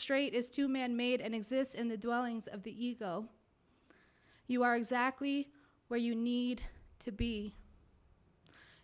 straight is to man made and exists in the dwellings of the ego you are exactly where you need to be